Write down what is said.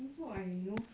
mm so ah 你 know